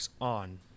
On